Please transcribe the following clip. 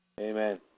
Amen